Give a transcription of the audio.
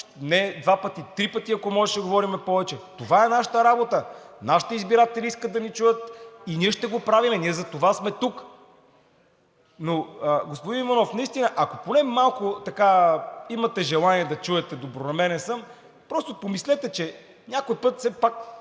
– два пъти, три пъти, ако може, ще говорим повече, това е нашата работа. Нашите избиратели искат да ни чуят и ние ще го правим. Затова сме тук. Господин Иванов, наистина, ако поне малко имате желание да чуете, добронамерен съм. Просто помислете, че някой път все пак